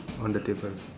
on the table